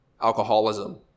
alcoholism